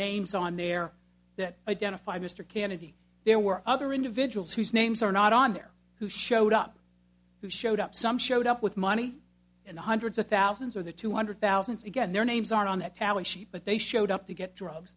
names on there that identify mr kennedy there were other individuals whose names are not on there who showed up who showed up some showed up with money in the hundreds or thousands or the two hundred thousands again their names are on the tally sheet but they showed up to get drugs